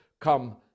come